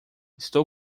estou